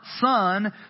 son